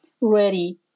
ready